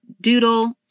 doodle